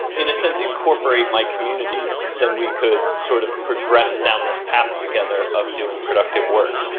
in a sense, incorporate my community then we could sort of progress down this path together of doing productive work.